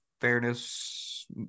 fairness